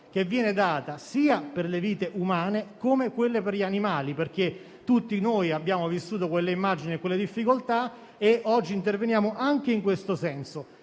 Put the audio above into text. maggiore sia alle vite umane, sia a quelle animali, perché tutti noi abbiamo vissuto quelle immagini e quelle difficoltà e oggi interveniamo anche in questo senso.